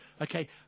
okay